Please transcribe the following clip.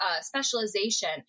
specialization